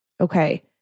okay